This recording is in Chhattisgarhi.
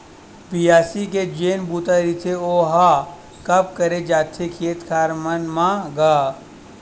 बियासी के जेन बूता रहिथे ओहा कब करे जाथे खेत खार मन म गा?